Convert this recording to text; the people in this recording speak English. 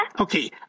Okay